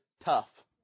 tough